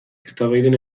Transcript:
eztabaiden